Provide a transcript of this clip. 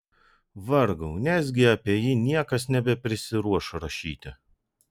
vargau nesgi apie jį niekas nebeprisiruoš rašyti